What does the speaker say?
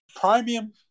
Premium